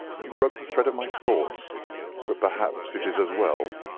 you broke the thread of my thoughts but perhaps it is as well.